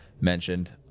mentioned